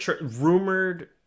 rumored